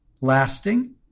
lasting